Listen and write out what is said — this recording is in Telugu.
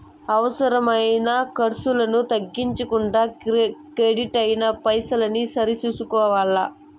అవసరమైన కర్సులను తగ్గించుకుంటూ కెడిట్ అయిన పైసల్ని సరి సూసుకోవల్ల